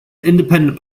independent